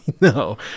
No